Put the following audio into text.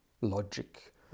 Logic